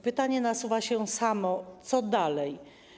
Pytanie nasuwa się samo: Co dalej?